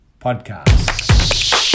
Podcast